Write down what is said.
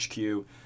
HQ